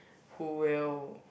who will